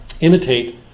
imitate